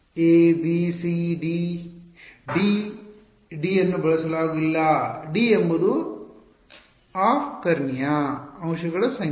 a b c d d d ಅನ್ನು ಬಳಸಲಾಗಿಲ್ಲ d ಎಂಬುದು ಆಫ್ ಕರ್ಣೀಯ ಅಂಶಗಳ ಸಂಖ್ಯೆ